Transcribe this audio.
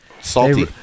Salty